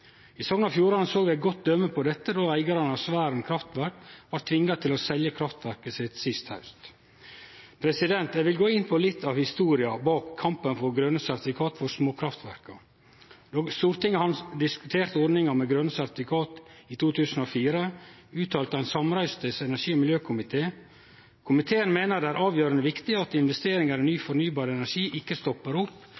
I Sogn og Fjordane såg vi eit godt døme på dette då eigarane av Sværen kraftverk blei tvinga til å selje kraftverket sitt sist haust. Eg vil gå inn på litt av historia bak kampen for grøne sertifikat for småkraftverka. Då Stortinget diskuterte ordninga med grøne sertifikat i 2004, uttalte ein samrøystes energi- og miljøkomité: «Komiteen mener det er avgjørende viktig at investeringer i ny